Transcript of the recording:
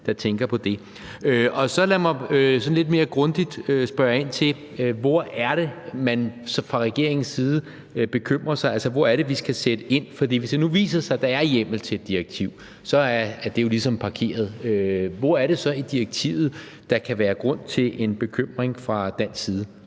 der tænker på det. Lad mig så spørge lidt mere grundigt ind til, hvor man fra regeringens side bekymrer sig. Hvor er det, vi skal sætte ind? For hvis det nu viser sig, at der er hjemmel til et direktiv, er det jo ligesom parkeret. Hvor er det så i direktivet, der kan være grund til den bekymring fra dansk side?